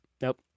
Nope